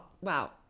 Wow